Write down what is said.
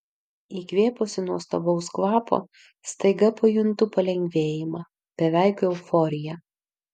įkvėpusi nuostabaus kvapo staiga pajuntu palengvėjimą beveik euforiją